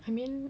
I mean